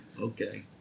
Okay